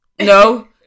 no